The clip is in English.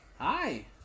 Hi